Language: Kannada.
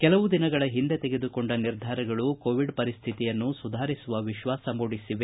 ಕೆಲವು ದಿನಗಳ ಹಿಂದೆ ತೆಗೆದುಕೊಂಡ ನಿರ್ಧಾರಗಳು ಕೋವಿಡ್ ಪರಿಸ್ಟಿತಿಯನ್ನು ಸುಧಾರಿಸುವ ವಿಶ್ವಾಸ ಮೂಡಿದೆ